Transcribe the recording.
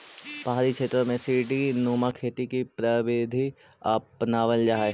पहाड़ी क्षेत्रों में सीडी नुमा खेती की प्रविधि अपनावाल जा हई